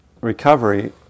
recovery